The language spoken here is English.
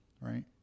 Right